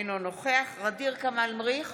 אינו נוכח ע'דיר כמאל מריח,